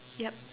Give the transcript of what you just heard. yup